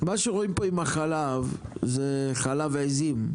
מה שרואים פה עם החלב זה חלב עיזים,